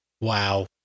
Wow